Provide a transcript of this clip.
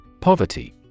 Poverty